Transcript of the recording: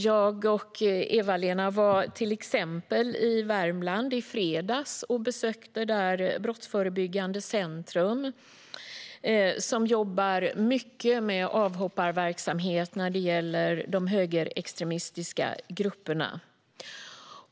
Jag och Eva-Lena var till exempel i Värmland i fredags och besökte Brottsförebyggande Centrum, som jobbar mycket med avhopparverksamhet när det gäller högerextremistiska grupper.